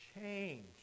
change